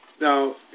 Now